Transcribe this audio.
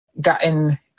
gotten